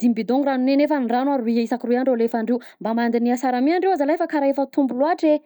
dimy bidon-gno ranognay nefa rano roy, isaky roy andro alefandrio mba mandiniha sara mi andreo a zalahy fa karaha efa tombo loatra e.